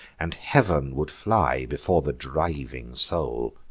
and heav'n would fly before the driving soul.